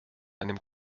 einem